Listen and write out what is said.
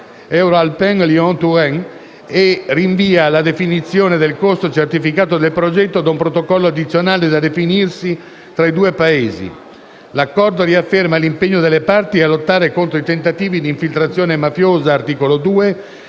Euroalpin Lyon Turin e rinvia la definizione del costo certificato del progetto ad un protocollo addizionale da definirsi fra i due Paesi. L'Accordo riafferma l'impegno della parti a lottare contro i tentativi di infiltrazione mafiosa (articolo 2),